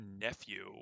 nephew